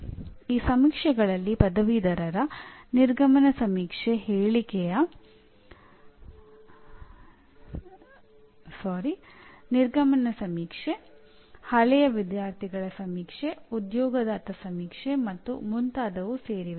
ಈ ಸಮೀಕ್ಷೆಗಳಲ್ಲಿ ಪದವೀಧರ ನಿರ್ಗಮನ ಸಮೀಕ್ಷೆ ಹಳೆಯ ವಿದ್ಯಾರ್ಥಿಗಳ ಸಮೀಕ್ಷೆ ಉದ್ಯೋಗದಾತ ಸಮೀಕ್ಷೆ ಮತ್ತು ಮುಂತಾದವು ಸೇರಿವೆ